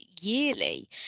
yearly